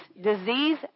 disease